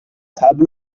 طبل